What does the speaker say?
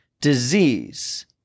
disease